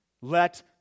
Let